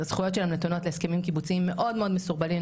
הזכויות שלהן נתונות להסכמים קיבוציים מאוד מאוד מסורבלים,